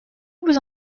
vous